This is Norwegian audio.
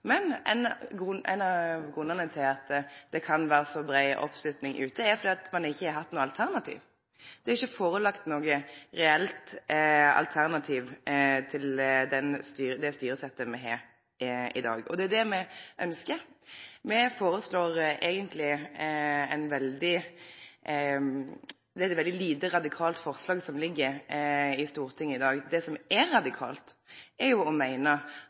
ein av grunnane til at det er så brei oppslutning ute, kan vere at ein ikkje har hatt noko alternativ. Det er ikkje førelagt noko reelt alternativ til det styresettet me har i dag. Det er det me ynskjer. Det er eit veldig lite radikalt forslag som ligg i Stortinget i dag. Det som er radikalt, er å meine